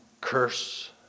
Curse